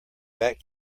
bat